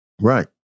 Right